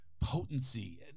potency